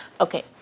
okay